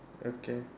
okay